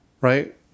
right